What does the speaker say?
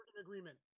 agreement